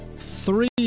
Three